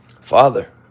Father